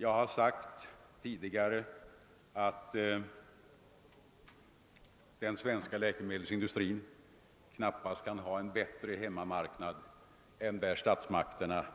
Jag har sagt tidigare att den svenska läkemedelsindustrin knappast kan ha en bättre hemmamarknad än en där statsmakterna